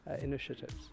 initiatives